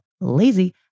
Lazy